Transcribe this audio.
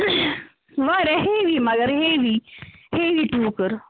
واریاہ ہیٚوی مگر heavy heavy ٹوٗکر